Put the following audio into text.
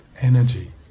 energy